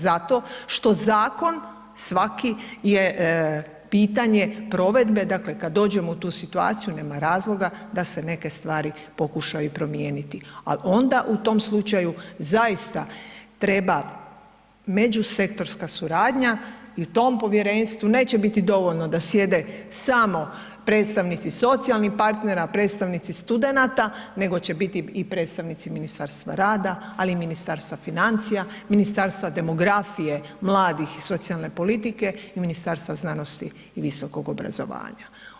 Zato što zakon svaki je pitanje provedbe, dakle kad dođemo u tu situaciju nema razloga da se neke stvari pokuša i promijeniti, ali onda u tom slučaju zaista treba međusektorska suradnja i tom povjerenstvu neće biti dovoljno da sjede samo predstavnici socijalnih partnera, predstavnici studenata, nego će biti i predstavnici Ministarstva rada ali i Ministarstva financija, Ministarstva demografije, mladih i socijalne i politike i Ministarstva znanosti i visokog obrazovanja.